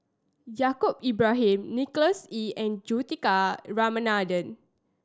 Yaacob Ibrahim Nicholas Ee and Juthika Ramanathan